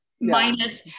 Minus